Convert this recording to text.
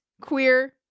queer